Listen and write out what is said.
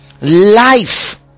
life